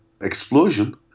explosion